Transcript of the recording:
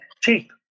cheap